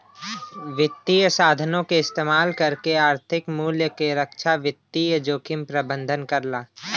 वित्तीय साधनों क इस्तेमाल करके आर्थिक मूल्य क रक्षा वित्तीय जोखिम प्रबंधन करला